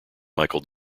michael